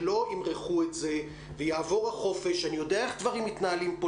שלא ימרחו את זה ויעבור החופש - אני יודע איך דברים מתנהלים פה,